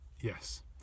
yes